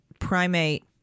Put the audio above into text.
Primate